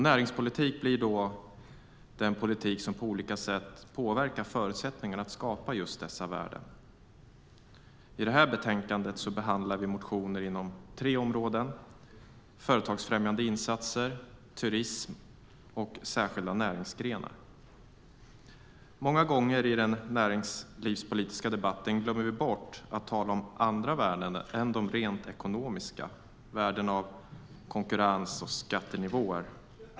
Näringspolitik blir då den politik som på olika sätt påverkar förutsättningarna att skapa just dessa värden. I det här betänkandet behandlar vi motioner inom tre områden: företagsfrämjande insatser, turism och särskilda näringsgrenar. Många gånger i den näringslivspolitiska debatten glömmer vi bort att tala om andra värden än de rent ekonomiska, värden av konkurrens och skattenivåer.